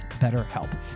BetterHelp